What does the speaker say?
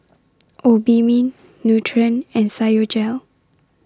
Obimin Nutren and Physiogel